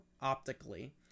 optically